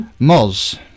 Moz